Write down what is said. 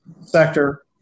sector